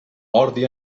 ordi